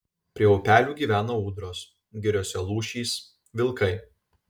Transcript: prie upelių gyvena ūdros giriose lūšys vilkai